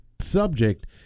subject